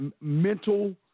mental